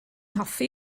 hoffi